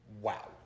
Wow